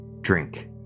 drink